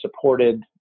supported